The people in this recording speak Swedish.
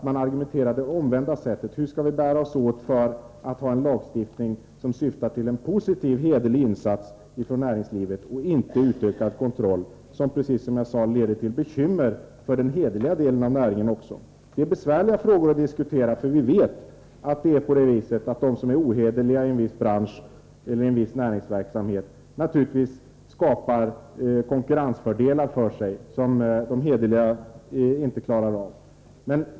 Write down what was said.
Där frågar man sig: Hur skall vi bära oss åt för att ha en lagstiftning som syftar till en positiv, hederlig insats från näringslivet och inte innebär utökad kontroll, som — precis som jag sade —leder till bekymmer också för den hederliga delen av näringen. Detta är besvärliga frågor, för vi vet att de som är ohederliga i en viss bransch och näringsverksamhet skapar konkurrensfördelar för sig som de hederliga inte klarar av.